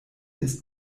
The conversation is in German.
ist